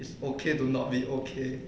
it's okay to not be okay